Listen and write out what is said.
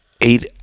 eight